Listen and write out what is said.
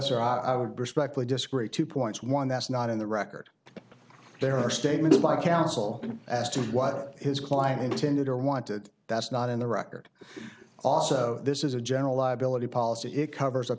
would respectfully disagree two points one that's not in the record there are statements by counsel as to what his client intended or wanted that's not in the record also this is a general liability policy it covers